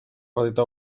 petita